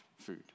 food